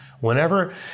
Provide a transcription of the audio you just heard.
Whenever